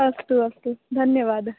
अस्तु अस्तु धन्यवादः